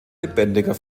lebendiger